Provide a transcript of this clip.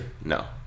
No